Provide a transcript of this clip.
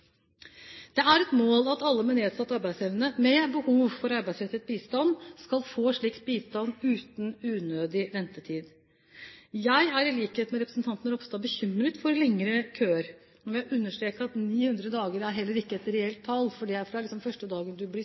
Det er et mål at alle med nedsatt arbeidsevne med behov for arbeidsrettet bistand, skal få slik bistand uten unødig ventetid. Jeg er i likhet med representanten Ropstad bekymret for lengre køer. Jeg vil understreke at 900 dager heller ikke er et reelt tall, for det er fra første